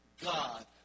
God